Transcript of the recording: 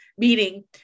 Meaning